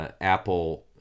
Apple